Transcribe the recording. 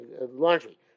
laundry